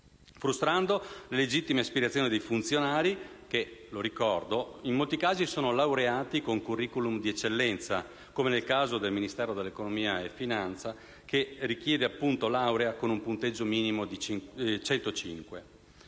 frustrando le legittime aspirazioni dei funzionari che, ricordo, in molti casi sono laureati con *curriculum* di eccellenza, come nel caso del Ministero dell'economia e delle finanze, dove è richiesta la laurea con un punteggio minimo di 105.